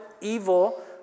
evil